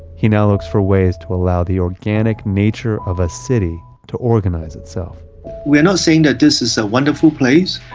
he now looks for ways to allow the organic nature of a city to organize itself we're not saying that this is a wonderful place.